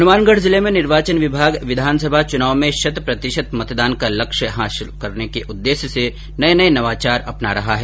हनुमानगढ़ जिले में निर्वाचन विभाग विधानसभा चुनाव में शत प्रतिशत मतदान का लक्ष्य हासिल करने के उद्देश्य से नए नए नवाचार अपना रहा है